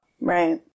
Right